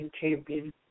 champion